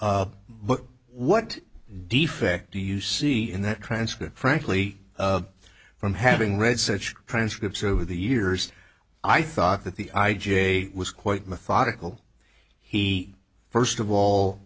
but what defect do you see in that transcript frankly of from having read such transcripts over the years i thought that the i j was quite methodical he first of all